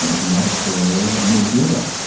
not a poor area, mildura,